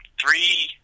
three